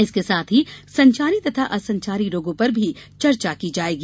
इसके साथ संचारी तथा असंचारी रोगों पर भी चर्चा की जायेगी